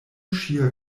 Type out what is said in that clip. ŝia